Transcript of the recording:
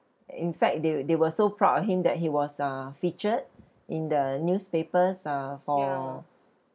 in fact they they were so proud of him that he was uh featured in the newspapers uh for